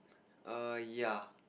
err ya